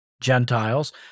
Gentiles